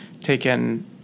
taken